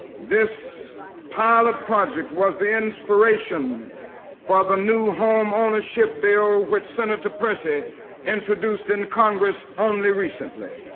this pilot project was the inspiration for the new home ownership bill, which senator percy introduced in congress only recently.